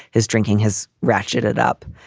his drinking has ratcheted up.